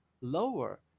Lower